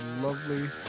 lovely